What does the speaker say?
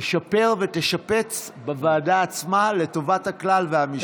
תשפר ותשפץ בוועדה עצמה, לטובת הכלל והמשפחות.